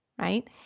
right